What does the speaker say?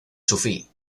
sufí